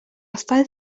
стать